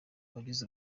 abagize